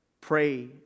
Pray